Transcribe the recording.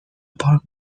پارک